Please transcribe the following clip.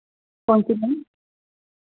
कौन सी मैम